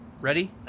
Ready